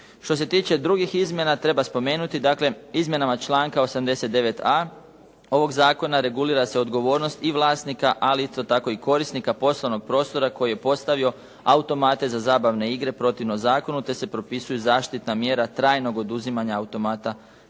Što se tiče drugih izmjena treba spomenuti izmjenama članka 89a. ovog zakona regulira se odgovornost i vlasnika ali isto tako i korisnika poslovnog prostora koji je postavio automate za zabavne igre protivno zakonu te se propisuje zaštitna mjera trajnog oduzimanja automata